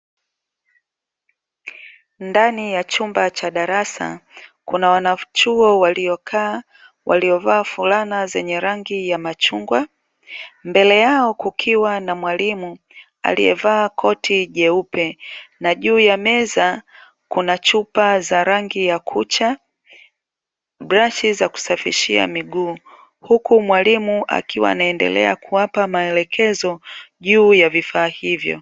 Ndani ya chumba cha darasa kuna wanachuo waliokaa waliovaa fulana zenye rangi ya machungwa, mbele yao kukiwa na mwalimu aliyevaa koti jeupe na juu ya meza kuna chupa za rangi ya kucha, brashi za kusafishia miguu huku mwalimu akiwa anaendelea kuwapa maelekezo juu ya vifaa hivyo.